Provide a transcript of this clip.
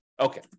Okay